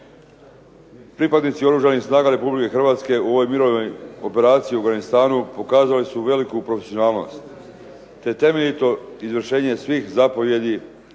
Pripadnici Oružanih snaga Republike Hrvatske u ovoj mirovnoj operaciji u Afganistanu pokazali su veliku profesionalnost, te temeljito izvršenje svih zapovjedi